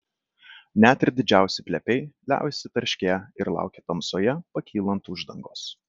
net ir didžiausi plepiai liaujasi tarškėję ir laukia tamsoje pakylant uždangos